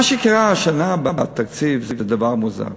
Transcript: מה שקרה השנה בתקציב זה דבר מוזר.